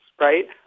right